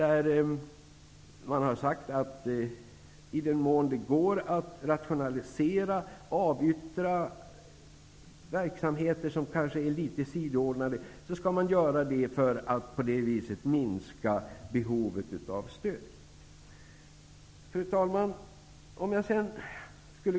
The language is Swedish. Man har sagt att i den mån det går att rationalisera och avyttra verksamheter som kanske är litet sidoordnade så skall man göra det för att på så sätt minska behovet av stöd. Fru talman!